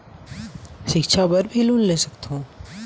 सिक्छा बर भी लोन ले सकथों?